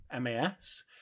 MAS